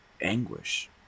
anguish